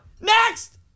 Next